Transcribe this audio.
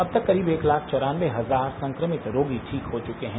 अब तक करीब एक लाख चौरान्नबे हजार संक्रमित रोगी ठीक हो चुके हैं